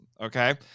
okay